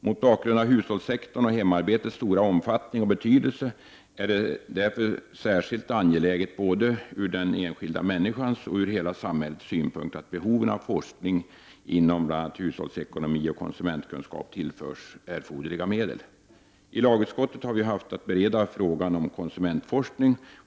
Mot bakgrund av hushållssektorns/hemarbetets stora omfattning och betydelse är det särskilt angeläget, både från den enskilda människans och från hela samhällets synpunkt, att behoven av forskning inom bl.a. hushållsekonomi och konsumentkunskap tillförs erforderliga medel. Tlagutskottet har vi haft att bereda frågan om konsumentforskning.